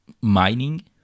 mining